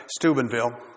Steubenville